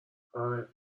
آره